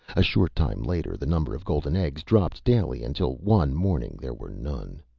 a short time later, the number of golden eggs dropped daily until one morning, there were none.